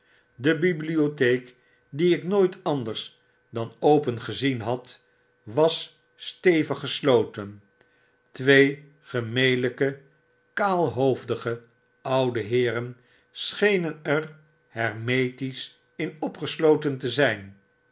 de bibliotheek die ik nooit anders dan open gezien had was stevig gesloten twee gemelyke kaalhoofdige oude heeren schenen er hermetisch in opgesloten te zp